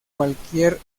cualquier